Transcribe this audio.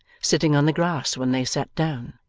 sitting on the grass when they sat down,